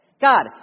God